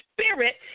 spirit